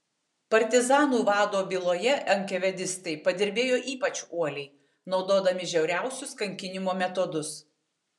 partizanų vado byloje enkavėdistai padirbėjo ypač uoliai naudodami žiauriausius kankinimo metodus